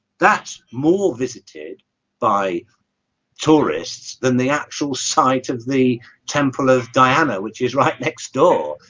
that's more visited by tourists than the actual site of the temple of diana which is right next door,